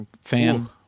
fan